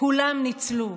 כולם ניצלו.